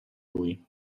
lui